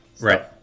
Right